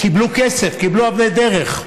קיבלו כסף, קיבלו אבני דרך.